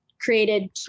created